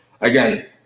again